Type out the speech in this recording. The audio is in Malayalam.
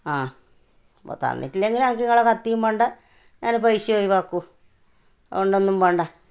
ആ അപ്പം തന്നിട്ടില്ലങ്കിൽ എനിക്ക് നിങ്ങള കത്തീം വേണ്ട ഞാൻ പൈസയും ഒഴിവാക്കും അതുകൊണ്ടൊന്നും വേണ്ട